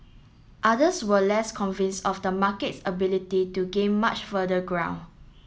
others were less convinced of the market's ability to gain much further ground